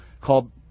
called